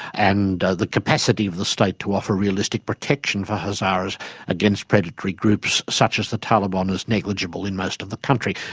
and the capacity of the state to offer realistic protection for hazaras against predatory groups such as the taliban is negligible in most of the country.